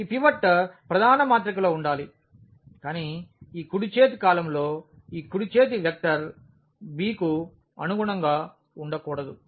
ఈ పివట్ ప్రధాన మాత్రికలో ఉండాలి కానీ ఈ కుడి చేతి కాలమ్లో ఈ కుడి చేతి వెక్టర్ b కు అనుగుణంగా ఉండకూడదు